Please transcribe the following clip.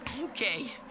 Okay